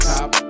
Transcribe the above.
Top